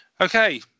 Okay